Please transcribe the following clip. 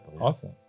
awesome